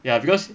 ya because